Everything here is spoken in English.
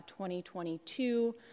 2022